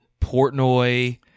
Portnoy